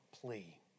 plea